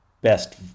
best